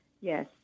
Yes